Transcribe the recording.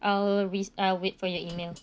I'll re~ uh wait for your email